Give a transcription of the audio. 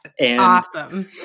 Awesome